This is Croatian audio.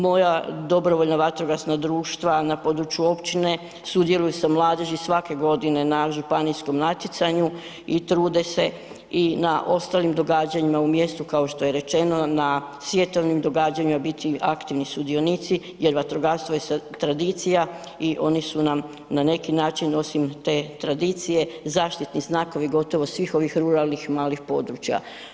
Moja DVD na području općine sudjeluje sa mladeži svake godine na županijskom natjecanju i trude se i na ostalim događanjima u mjestu kao što je rečeno na svjetovnim događanjima biti aktivni sudionici jer vatrogastvo je tradicija i oni su nam na neki način osim te tradicije zaštitni znakovi gotovo svih ovih ruralnih malih područja.